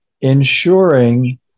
ensuring